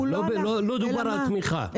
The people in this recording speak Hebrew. לא דובר על תמיכה,